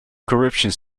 corruption